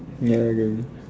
ya ya